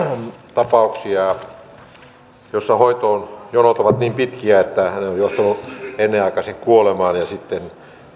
nykymenolla jatketaan jossa on tapauksia joissa hoitoon jonot ovat niin pitkiä että joutuu ennenaikaiseen kuolemaan ja sitten